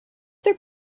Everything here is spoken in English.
their